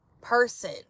person